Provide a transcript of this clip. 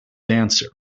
dancer